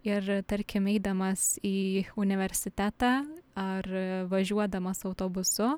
ir tarkim eidamas į universitetą ar važiuodamas autobusu